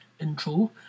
intro